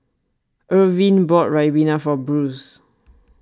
Irvin bought Ribena for Bruce